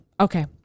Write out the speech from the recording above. Okay